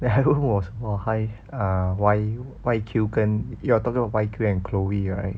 then 他又问我什么 hi why Y_Q 跟 you're talking about Y_Q and chloe right